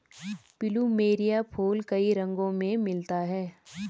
plumeria फूल कई रंगो में मिलता है